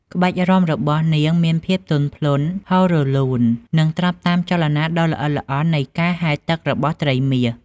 ក្បាច់រាំរបស់នាងមានភាពទន់ភ្លន់ ហូររលូន និងត្រាប់តាមចលនាដ៏ល្អិតល្អន់នៃការហែលទឹករបស់ត្រីមាស។